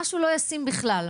משהו לא ישים בכלל.